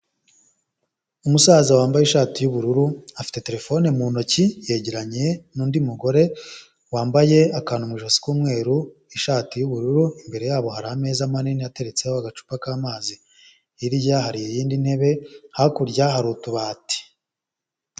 Umusaza wambaye ishati y'ubururu afite terefone mu ntoki yegeranye n'undi mugore wambaye akantu mu ijosi k'umweru, ishati y'ubururu, imbere yabo hari ameza manini ateretseho agacupa k'amazi, hirya hari iyindi ntebe hakurya hari utubati.